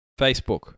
Facebook